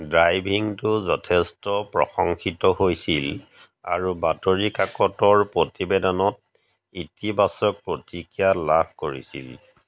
ড্ৰাইভিংটো যথেষ্ট প্ৰশংসিত হৈছিল আৰু বাতৰি কাকতৰ প্ৰতিবেদনত ইতিবাচক প্ৰতিক্ৰিয়া লাভ কৰিছিল